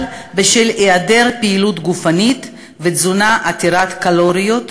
בשל היעדר פעילות גופנית ותזונה עתירת קלוריות,